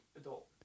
adult